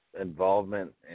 involvement